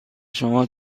شما